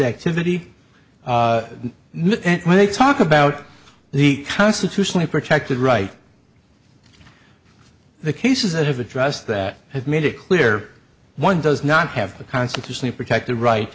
activity when they talk about the constitutionally protected right the cases that have addressed that have made it clear one does not have a constitutionally protected right